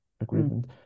Agreement